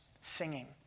singing